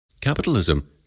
Capitalism